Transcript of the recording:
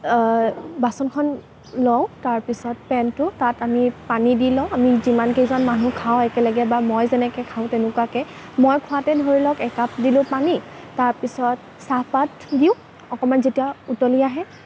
বাচনখন লওঁ তাৰপিছত পেনটোত তাত আমি পানী দি লওঁ আমি যিমানকেইজন মানুহ খাওঁ একেলগে বা মই যেনেকৈ খাওঁ তেনেকুৱাকৈ মই খাওঁতে ধৰি লওক একাপ দিলোঁ পানী তাৰপিছত চাহপাত দিওঁ অকণমান যেতিয়া উতলি আহে